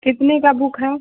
कितने का बुक है